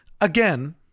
again